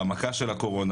בהעמקה של הקורונה,